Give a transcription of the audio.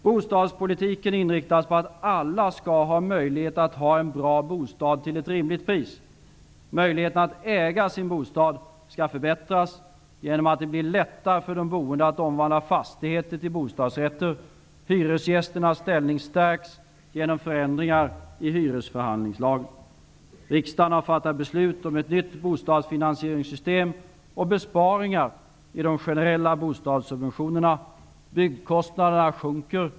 Bostadspolitiken inriktas på att alla skall ha möjlighet att ha en bra bostad till ett rimligt pris. Möjligheterna att äga sin bostad skall förbättras genom att det blir lättare för de boende att omvandla fastigheter till bostadsrätter. Riksdagen har fattat beslut om ett nytt bostadsfinansieringssystem och besparingar i de generella bostadssubventionerna. Byggkostnaderna sjunker.